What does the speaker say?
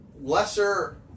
lesser